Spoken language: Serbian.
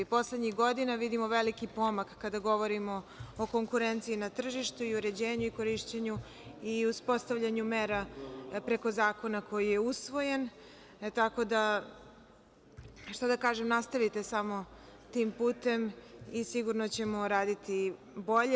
Poslednjih godina vidimo veliki pomak kada govorimo o konkurenciji na tržištu i uređenju i korišćenju i uspostavljanju mera preko zakona koji je usvojen, tako da šta da kažem, nastavite samo tim putem i sigurno ćemo raditi bolje.